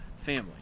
family